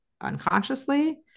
unconsciously